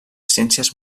ciències